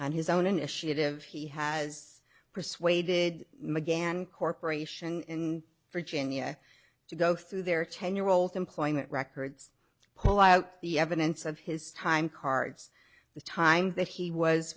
on his own initiative he has persuaded mcgann corporation in virginia to go through their ten year old employment records pull out the evidence of his time cards the time that he was